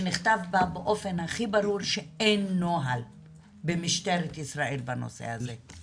שנכתב בה באופן הכי ברור שאין נוהל במשטרת ישראל בנושא הזה.